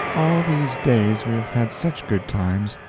all these days we have had such good times,